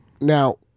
Now